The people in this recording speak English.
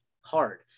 hard